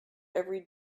every